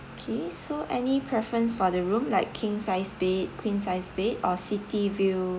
okay so any preference for the room like king sized bed queen sized bed or city view